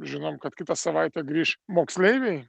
žinom kad kitą savaitę grįš moksleiviai